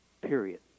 Period